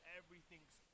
everything's